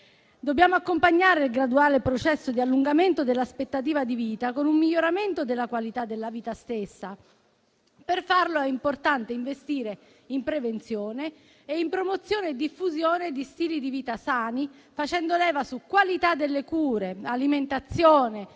Dobbiamo accompagnare il graduale processo di allungamento dell'aspettativa di vita con un miglioramento della qualità della vita stessa. Per farlo è importante investire in prevenzione e in promozione e diffusione di stili di vita sani, facendo leva su qualità delle cure, alimentazione,